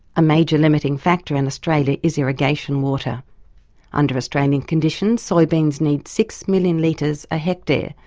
a major limiting factor in australia is irrigation water under australian conditions soybeans need six million litres a hectare,